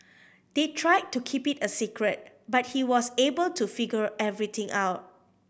they tried to keep it a secret but he was able to figure everything out